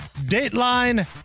Dateline